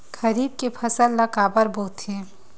खरीफ के फसल ला काबर बोथे?